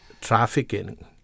trafficking